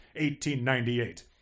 1898